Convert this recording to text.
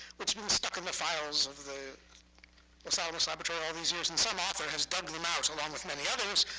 which was stuck in the files of the los alamos laboratory all these years. and some author has dug them out, along with many others.